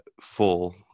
full